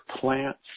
plants